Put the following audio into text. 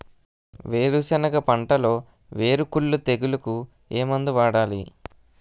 వేరుసెనగ పంటలో వేరుకుళ్ళు తెగులుకు ఏ మందు వాడాలి?